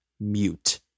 Mute